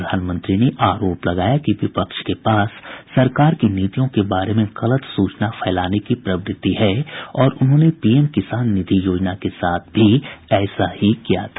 प्रधानमंत्री ने आरोप लगाया कि विपक्ष के पास सरकार की नीतियों के बारे में गलत सूचना फैलाने की प्रवृत्ति है और उन्होंने पीएम किसान निधि योजना के साथ भी ऐसा ही किया था